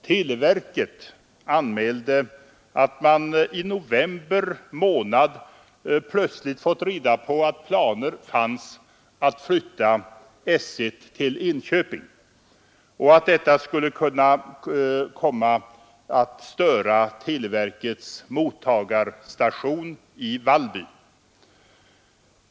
Televerket anmälde att man i november månad plötsligt hade fått reda på att det fanns planer på att flytta S 1 till Enköping och att detta skulle kunna komma att störa televerkets mottagarstation i Vallby.